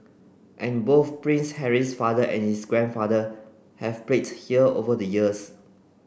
and both Prince Harry's father and his grandfather have played here over the years